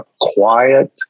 quiet